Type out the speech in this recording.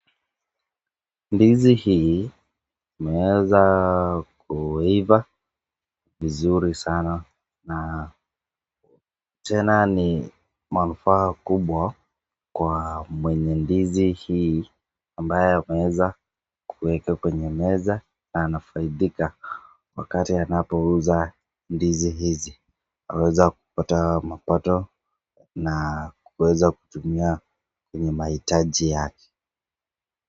Ndizi hii imeweza kuiva, vizuri sana na tena ni manufaa kubwa kwa mwenye ndizi hii ambayo ameweza kuweka kwenye meza na anafaidika wakati anapouza ndizi hizi anaweza kupata mapato na kuweza kutumia kwenye mahitaji yake.